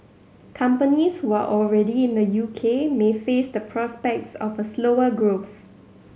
companies who are already in the U K may face the prospects of a slower growth